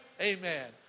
Amen